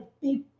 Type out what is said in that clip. big